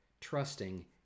trusting